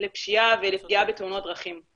לפשיעה ולתאונות דרכים.